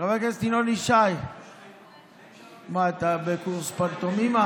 חבר הכנסת ינון ישי, מה, אתה בקורס פנטומימה?